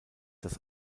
das